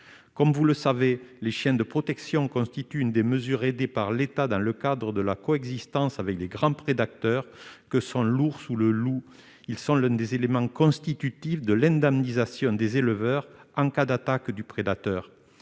comme vous le savez, les chiens de protection constitue une des mesures, aidé par l'État dans le cadre de la coexistence avec des grands prédateurs que sont l'ours ou le loup, ils sont l'un des éléments constitutifs de l'indemnisation des éleveurs en cas d'attaques du prédateur,